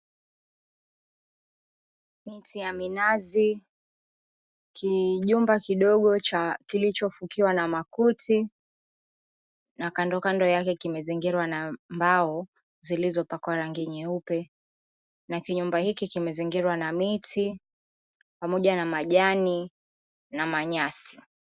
Miti ya minazi, kijumba kidogo cha kilicho fukiwa na makuti na kando kando yake 𝑘𝑖𝑚𝑒zingirwa na mbao zilizopakwa rangi nyeupe, na kinyumba hiki kimezingirwa na miti pamoja na majani na manyasi.